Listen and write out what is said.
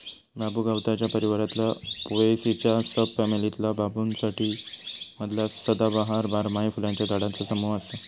बांबू गवताच्या परिवारातला पोएसीच्या सब फॅमिलीतला बांबूसाईडी मधला सदाबहार, बारमाही फुलांच्या झाडांचा समूह असा